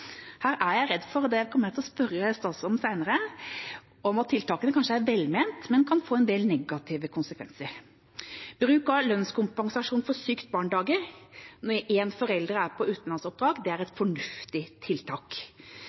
Her er jeg redd for – og det kommer jeg til å spørre statsråden om seinere – at om tiltakene kanskje er velmente, kan de få en del negative konsekvenser. Bruk av lønnskompensasjon for sykt-barn-dager når en forelder er på utenlandsoppdrag, er et fornuftig tiltak.